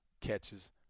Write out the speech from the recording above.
catches